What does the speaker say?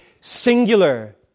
singular